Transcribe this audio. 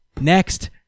next